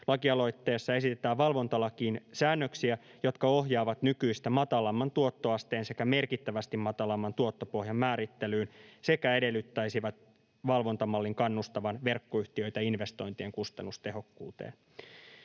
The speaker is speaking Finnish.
Lakialoitteessa esitetään valvontalakiin säännöksiä, jotka ohjaavat nykyistä matalamman tuottoasteen sekä merkittävästi matalamman tuottopohjan määrittelyyn sekä edellyttäisivät valvontamallin kannustavan verkkoyhtiöitä investointien kustannustehokkuuteen.